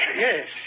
Yes